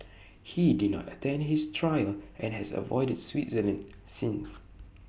he did not attend his trial and has avoided Switzerland since